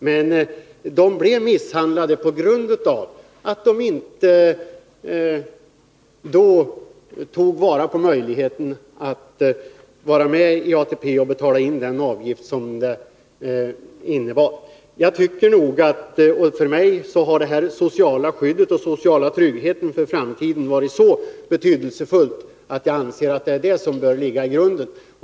Men de blev misshandlade på grund av att de inte då tog vara på möjligheten att vara medi ATP och betala in den avgift som detta innebar. För mig har det sociala skyddet och den sociala tryggheten för framtiden varit av så stor betydelse att jag anser att detta bör utgöra grunden.